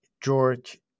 George